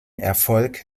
erfolg